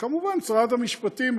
וכמובן שרת המשפטים,